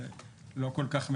זה לא כל כך משנה.